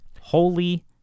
Holy